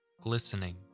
glistening